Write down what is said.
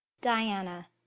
Diana